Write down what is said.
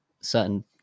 certain